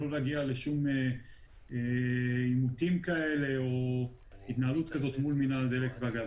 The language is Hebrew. לא להגיע לשום עימותים או התנהלות כזאת מול מינהל הדלק והגז,